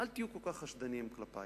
אל תהיו כל כך חשדניים כלפי.